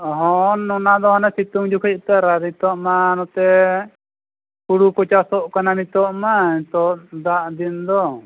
ᱦᱳᱭ ᱚᱱᱟ ᱫᱚ ᱢᱟᱱᱮ ᱥᱤᱛᱩᱝ ᱡᱚᱠᱷᱚᱡ ᱫᱚ ᱱᱤᱛᱳᱜ ᱢᱟ ᱱᱚᱛᱮ ᱦᱳᱲᱳ ᱠᱚ ᱪᱟᱥᱚᱜ ᱠᱟᱱᱟ ᱱᱤᱛᱳᱜ ᱢᱟ ᱱᱤᱛᱳᱜ ᱫᱟᱜ ᱫᱤᱱ ᱫᱚ